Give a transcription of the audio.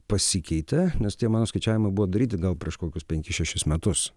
pasikeitė nes tie mano skaičiavimai buvo daryti gal prieš kokius penkis šešis metus